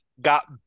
got